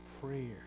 prayer